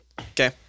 Okay